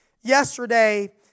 Yesterday